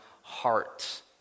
heart